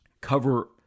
cover